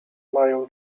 mają